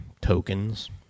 tokens